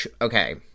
Okay